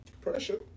pressure